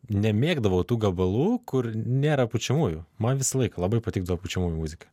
nemėgdavau tų gabalų kur nėra pučiamųjų man visą laiką labai patikdavo pučiamųjų muzika